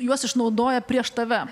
juos išnaudoja prieš tave